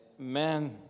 Amen